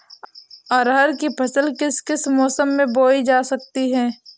अरहर की फसल किस किस मौसम में बोई जा सकती है?